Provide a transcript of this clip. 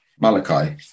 Malachi